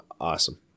awesome